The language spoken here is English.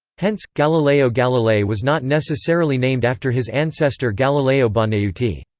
hence, galileo galilei was not necessarily named after his ancestor galileo bonaiuti.